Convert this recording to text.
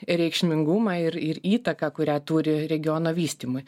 reikšmingumą ir ir įtaką kurią turi regiono vystymui